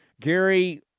Gary